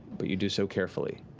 but you do so carefully.